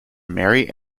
mary